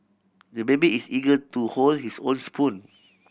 the baby is eager to hold his own spoon